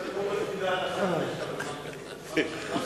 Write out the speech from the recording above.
חבל על הזמן היקר שלו.